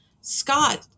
Scott